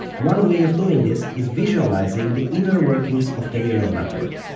one way of doing this is visualizing the inner workings of the neural network.